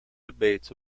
debates